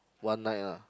one night ah